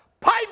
pipe